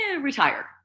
retire